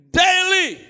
daily